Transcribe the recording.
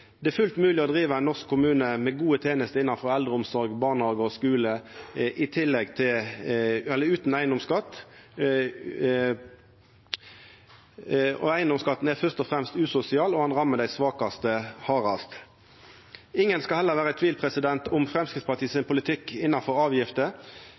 Det er fullt mogeleg å driva ein norsk kommune med gode tenester innanfor eldreomsorg, barnehage og skule utan eigedomsskatt. Eigedomsskatten er først og fremst usosial og rammar dei svakaste hardast. Ingen skal heller vera i tvil om Framstegspartiet